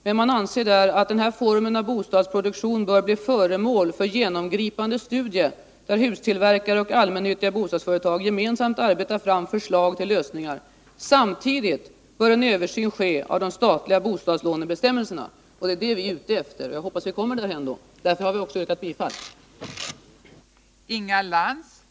Men man anser där att den här formen av bostadsproduktion bör bli föremål för genomgripande studier, där hustillverkare och allmännyttiga bostadsföretag gemensamt arbetar fram förslag till lösningar. Samtidigt, säger kommunen, bör en översyn ske av de statliga bostadslånebestämmelserna. Det är detta vi är ute efter, och jag hoppas att vi kommer därhän. Därför har vi också yrkat bifall till motionerna.